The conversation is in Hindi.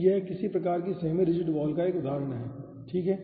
तो यह किसी प्रकार की सेमि रिजिड वॉल का एक उदाहरण है ठीक है